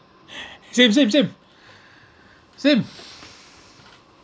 same same same same